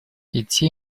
идти